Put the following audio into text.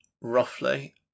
roughly